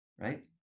Right